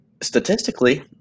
statistically